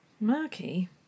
Murky